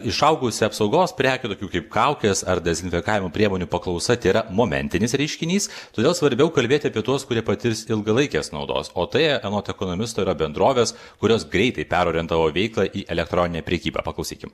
išaugusi apsaugos prekių tokių kaip kaukės ar dezinfekavimo priemonių paklausa tėra momentinis reiškinys todėl svarbiau kalbėti apie tuos kurie patirs ilgalaikės naudos o tai anot ekonomisto yra bendrovės kurios greitai perorientavo veiklą į elektroninę prekybą paklausykim